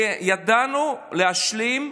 וידענו להשלים,